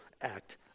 act